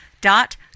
dot